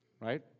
right